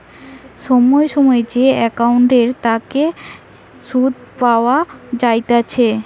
সময় সময় যে একাউন্টের তাকে সুধ পাওয়া যাইতেছে